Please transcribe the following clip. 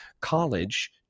college